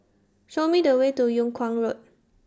Show Me The Way to Yung Kuang Road